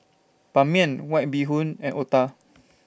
Ban Mian White Bee Hoon and Otah